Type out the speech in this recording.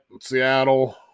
Seattle